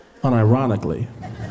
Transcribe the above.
unironically